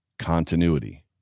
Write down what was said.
continuity